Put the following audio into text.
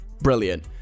brilliant